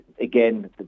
again